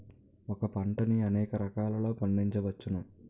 ఒకే పంటని అనేక రకాలలో పండించ్చవచ్చును